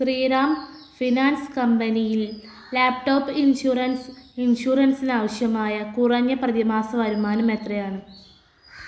Sriram finance കമ്പനിയിൽ laptop insurance ഇൻഷുറൻസിന് ആവശ്യമായ കുറഞ്ഞ പ്രതിമാസ വരുമാനം എത്രയാണ്